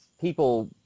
people